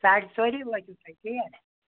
ساڑِ ژوری وٲتِو تُہۍ تی ہا